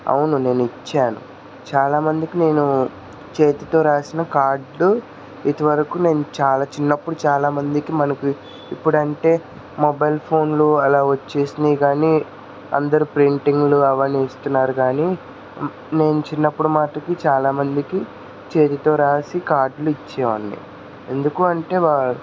అవును నేను ఇచ్చాను చాలామందికి నేను చేతితో రాసిన కార్డ్లు ఇదివరకు నేను చాలా చిన్నప్పుడు చాలామందికి మనకు ఇప్పుడంటే మొబైల్ ఫోన్లు అలా వచ్చేసినాయి కానీ అందరు ప్రింటింగ్లు అవన్నీ ఇస్తున్నారు కానీ నేను చిన్నప్పుడు మాటికి చాలామందికి చేతితో రాసి కార్డ్లు ఇచ్చేవాడిని ఎందుకు అంటే వా